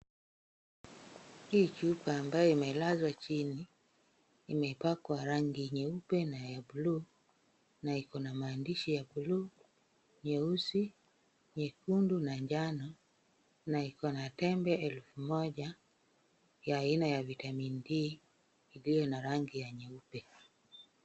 Hii chupa ambayo imelazwa chini, imepakwa rangi nyeupe na ya bluu, na iko na maandishi ya bluu, nyeusi, nyekundu na njano, na iko na tembe elfu moja ya aina ya vitamin D iliyo na rangi ya nyeupe.